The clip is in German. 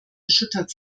erschüttert